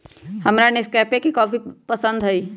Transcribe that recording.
हमरा नेस्कैफे के कॉफी पसंद हई